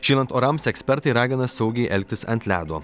šylant orams ekspertai ragina saugiai elgtis ant ledo